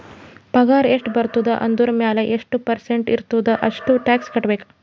ಪಗಾರ್ ಎಷ್ಟ ಬರ್ತುದ ಅದುರ್ ಮ್ಯಾಲ ಎಷ್ಟ ಪರ್ಸೆಂಟ್ ಇರ್ತುದ್ ಅಷ್ಟ ಟ್ಯಾಕ್ಸ್ ಕಟ್ಬೇಕ್